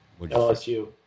LSU